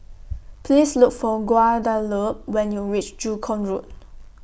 Please Look For Guadalupe when YOU REACH Joo Koon Road